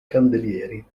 candelieri